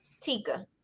Tika